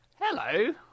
Hello